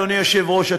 אדוני היושב-ראש,